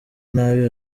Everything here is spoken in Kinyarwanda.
nabi